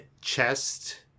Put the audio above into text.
chest